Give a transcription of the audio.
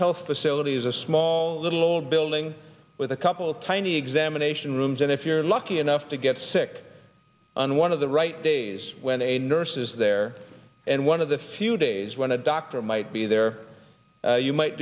health facility is a small little old building with a couple tie any examination rooms and if you're lucky enough to get sick on one of the right days when a nurse is there and one of the few days when a doctor might be there you might